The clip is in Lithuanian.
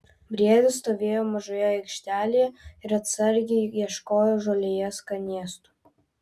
briedis stovėjo mažoje aikštelėje ir atsargiai ieškojo žolėje skanėstų